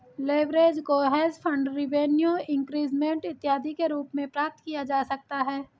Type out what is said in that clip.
leverage को hedge fund revenue increasement इत्यादि के रूप में प्राप्त किया जा सकता है